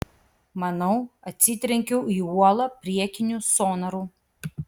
manau atsitrenkiau į uolą priekiniu sonaru